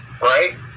right